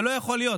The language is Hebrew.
זה לא יכול להיות.